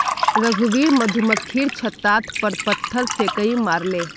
रघुवीर मधुमक्खीर छततार पर पत्थर फेकई मारले